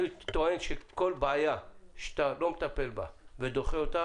טוען שכל בעיה שלא מטפלים בה ודוחים אותה